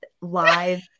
live